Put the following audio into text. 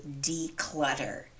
declutter